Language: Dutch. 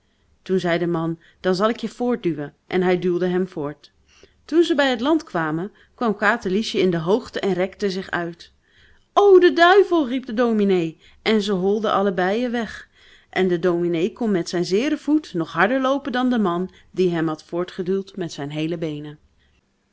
toen zei de man dan zal ik je voortduwen en hij duwde hem voort toen ze bij het land kwamen kwam katerliesje in de hoogte en rekte zich uit o de duivel riep de dominee en ze holden allebeî weg en de dominee kon met zijn zeeren voet nog harder loopen dan de man die hem had voortgeduwd met zijn heele beenen